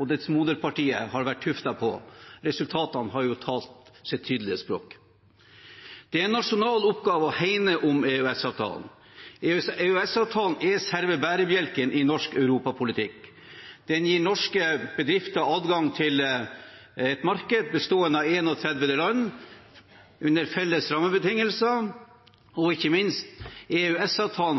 og dets moderparti har vært tuftet på. Resultatene har talt sitt tydelige språk. Det er en nasjonal oppgave å hegne om EØS-avtalen. EØS-avtalen er selve bærebjelken i norsk europapolitikk. Den gir norske bedrifter adgang til et marked bestående av 31 land, under felles rammebetingelser, og ikke minst håndterer